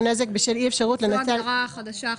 נזק בשל אי אפשרות לנצל --- זו ההגדרה החדשה עכשיו,